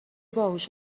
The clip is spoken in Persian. باهوش